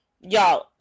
y'all